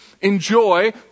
enjoy